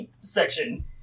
section